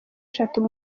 eshatu